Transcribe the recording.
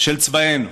של צבאנו.